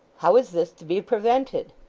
how is this to be prevented?